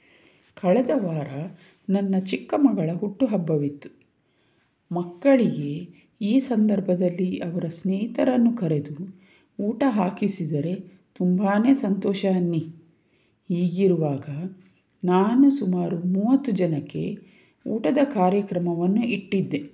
ಕಳೆದ ವಾರ ನನ್ನ ಚಿಕ್ಕ ಮಗಳ ಹುಟ್ಟುಹಬ್ಬವಿತ್ತು ಮಕ್ಕಳಿಗೆ ಈ ಸಂದರ್ಭದಲ್ಲಿ ಅವರ ಸ್ನೇಹಿತರನ್ನು ಕರೆದು ಊಟ ಹಾಕಿಸಿದರೆ ತುಂಬ ಸಂತೋಷ ಅನ್ನಿ ಹೀಗಿರುವಾಗ ನಾನು ಸುಮಾರು ಮೂವತ್ತು ಜನಕ್ಕೆ ಊಟದ ಕಾರ್ಯಕ್ರಮವನ್ನು ಇಟ್ಟಿದ್ದೆ